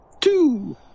Two